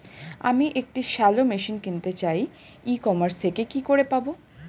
আমি একটি shallow machine কিনতে চাই ই কমার্স থেকে কি করে পাবো?